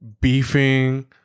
beefing